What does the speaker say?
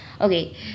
Okay